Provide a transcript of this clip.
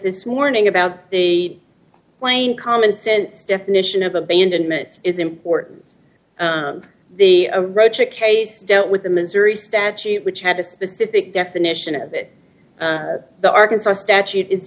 this morning about the plain common sense definition of abandonment is important the roche a case with the missouri statute which had a specific definition of it the arkansas statute is